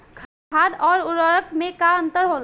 खाद्य आउर उर्वरक में का अंतर होला?